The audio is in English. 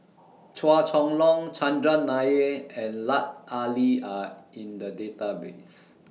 Chua Chong Long Chandran Nair and Lut Ali Are in The Database